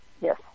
Yes